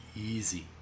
Easy